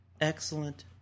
excellent